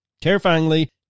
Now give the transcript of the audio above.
Terrifyingly